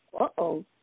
Uh-oh